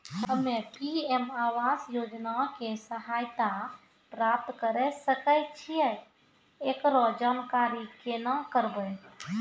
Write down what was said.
हम्मे पी.एम आवास योजना के सहायता प्राप्त करें सकय छियै, एकरो जानकारी केना करबै?